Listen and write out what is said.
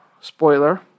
spoiler